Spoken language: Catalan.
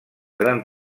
gran